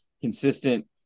consistent